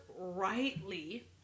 rightly